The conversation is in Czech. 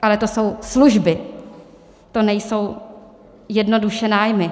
Ale to jsou služby, to nejsou jednoduše nájmy.